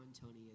Tony